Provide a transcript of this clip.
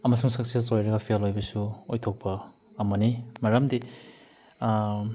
ꯑꯃꯁꯨꯡ ꯁꯛꯁꯦꯁ ꯑꯣꯏꯔꯒ ꯐꯦꯜ ꯑꯣꯏꯕꯁꯨ ꯑꯣꯏꯊꯣꯛꯄ ꯑꯃꯅꯤ ꯃꯔꯝꯗꯤ